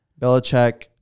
Belichick